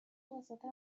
ازاده